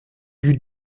eut